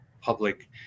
public